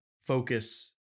focus